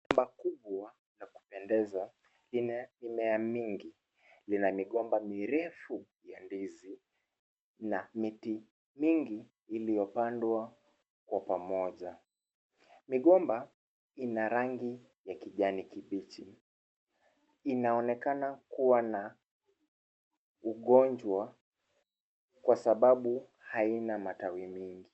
Shamba kubwa la kupendeza lina mimea mingi. Lina migomba mirefu ya ndizi na miti mingi iliyopandwa kwa pamoja. Migomba ina rangi ya kijani kibichi. Inaonekana kuwa na ugonjwa kwasababu haina matawi mengi.